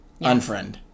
Unfriend